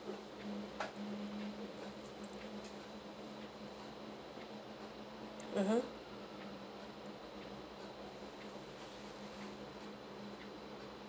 mmhmm